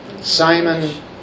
Simon